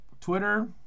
twitter